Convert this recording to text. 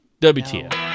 WTF